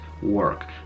work